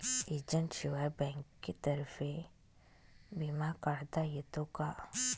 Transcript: एजंटशिवाय बँकेतर्फे विमा काढता येतो का?